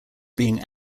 being